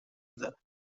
دارن